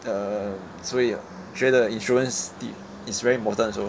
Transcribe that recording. err 所有我觉得 insurance is very important also